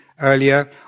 earlier